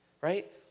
Right